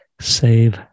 save